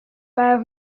päev